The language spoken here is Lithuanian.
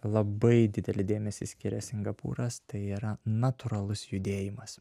labai didelį dėmesį skiria singapūras tai yra natūralus judėjimas